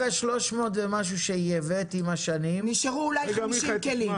יותר מ-300 שייבאת עם השנים --- נשארו אולי 50 כלים.